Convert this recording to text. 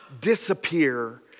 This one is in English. disappear